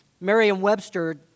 Merriam-Webster